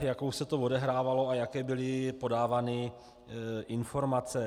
jakou se to odehrávalo, a jaké byly podávány informace.